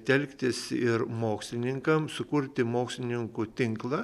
telktis ir mokslininkam sukurti mokslininkų tinklą